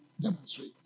demonstrate